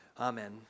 Amen